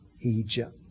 Egypt